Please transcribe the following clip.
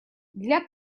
для